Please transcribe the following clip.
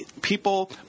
people